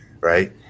right